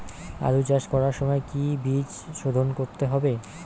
আলু চাষ করার সময় কি বীজ শোধন করতে হবে?